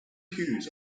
hughes